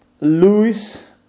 Luis